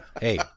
Hey